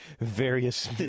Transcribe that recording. various